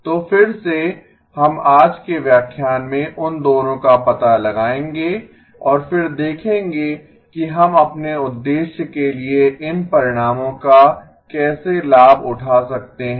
तो फिर से हम आज के व्याख्यान में उन दोनों का पता लगाएंगे और फिर देखेंगे कि हम अपने उद्देश्य के लिए इन परिणामों का कैसे लाभ उठा सकते हैं